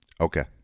Okay